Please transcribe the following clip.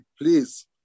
please